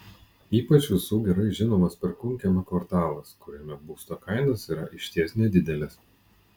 ypač visų gerai žinomas perkūnkiemio kvartalas kuriame būsto kainos yra išties nedidelės